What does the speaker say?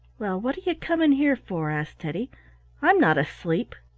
well, what are you coming here for? asked teddy i'm not asleep.